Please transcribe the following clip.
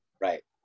right